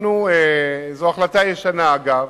זו החלטה ישנה, אגב,